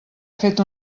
fet